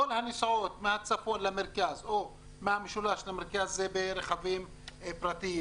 כל הנסיעות מהצפון למרכז או מהמשולש למרכז זה ברכבים פרטיים.